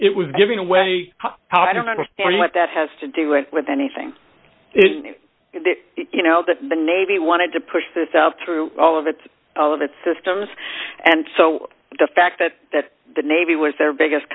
it was giving away how i don't understand what that has to do it with anything if you know that the navy wanted to push this out through all of its all of its systems and so the fact that that the navy was their biggest